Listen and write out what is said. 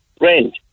rent